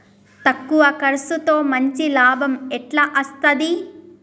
తక్కువ కర్సుతో మంచి లాభం ఎట్ల అస్తది?